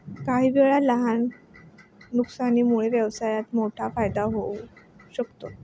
काहीवेळा लहान नुकसानामुळे व्यवसायात मोठा फायदा होऊ शकतो